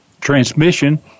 transmission